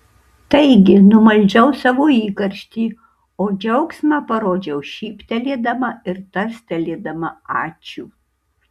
taigi numaldžiau savo įkarštį o džiaugsmą parodžiau šyptelėdama ir tarstelėdama ačiū